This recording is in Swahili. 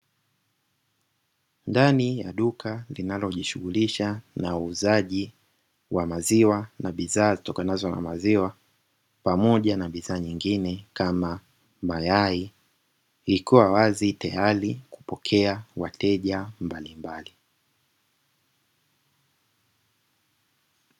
Ndani ya duka linalojishughulisha na uuzaji wa maziwa nabidhaa zitokanazo na maziwa pamoja na bidhaa nyingine kama mayai, likiwa wazi tayari kupokea wateja mbalimbali.